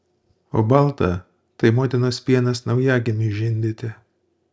o balta tai motinos pienas naujagimiui žindyti